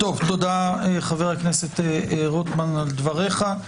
תודה, חבר הכנסת רוטמן, על דבריך.